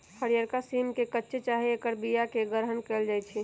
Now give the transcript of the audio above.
हरियरका सिम के कच्चे चाहे ऐकर बियाके ग्रहण कएल जाइ छइ